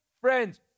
friends